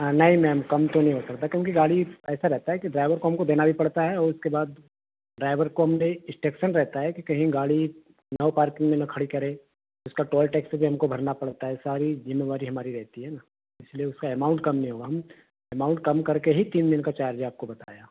हाँ नहीं मैम कम तो नहीं हो सकता क्योंकि गाड़ी ऐसा रहता है कि ड्राइवर को हमको देना भी पड़ता है और उसके बाद ड्राइवर को हमने इस्टेक्शन रहता है कि कहीं गाड़ी नो पार्किंग में ना खड़ी करे उसका टोल टैक्स भी हमको भरना पड़ता है सारी जिम्मेवारी हमारी रेहती है ना इसलिए उसका एमाउंट कम नहीं होगा हम एमाउंट कम कर के ही तीन दिन का चार्ज है आपको बताया